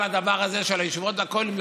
על הדבר הזה של הישיבות והכוללים,